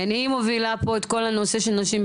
היא מובילה פה את כל הנושא של נשים,